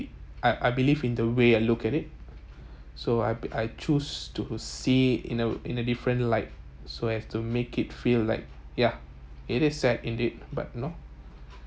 I I believe in the way I look at it so I I choose to see in a in a different light so as to make it feel like ya it is sad indeed but you know